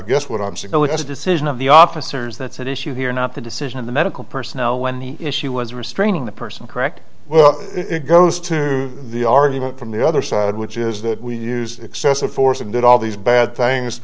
guess what i'm supposed to decision of the officers that's at issue here not the decision of the medical personnel when the issue was restraining the person correct well it goes to the argument from the other side which is that we used excessive force and did all these bad things